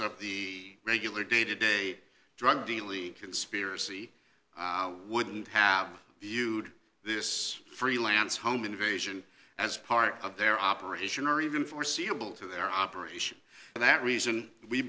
of the regular day to day drug dealing conspiracy wouldn't have viewed this free lance home invasion as part of their operation or even foreseeable to their operation and that reason we